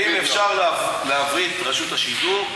בחנו: האם אפשר להבריא את רשות השידור,